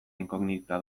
inkognita